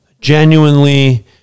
Genuinely